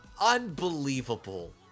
Unbelievable